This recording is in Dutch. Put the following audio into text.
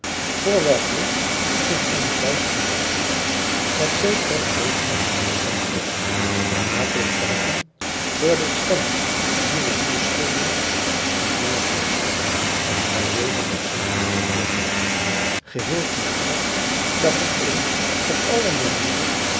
voor welk licht zich eene duistere massa met zekere golving scheen te bewegen naarmate ik verder ging hoorde ik stemmen die mij toeschenen van jonge knapen te zijn uit deze massa voortkomen geheel genaderd zag ik een op alle manieren